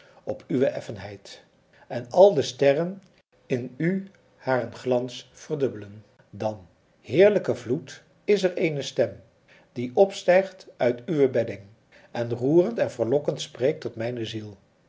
op uwe effenheid en al de sterren in u haren glans verdubbelen dan heerlijke vloed is er eene stem die opstijgt uit uwe bedding en roerend en verlokkend spreekt tot mijne ziel